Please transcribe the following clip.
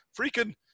freaking